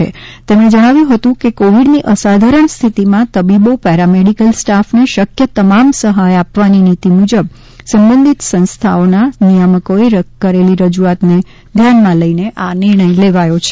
શ્રી નીતીન પટેલે જણાવ્યું હતું કે કોવિડની અસાધારણ સ્થિતિમાં તબીબો પેરામેડિકલ સ્ટાફને શક્ય તમામ સહાય આપવાની નીતી મુજબ સંબંધિત સંસ્થાઓના નિયામકોએ કરેલી રજૂઆતને ધ્યાનમાં લઈ આ નિર્ણય લેવાયો છે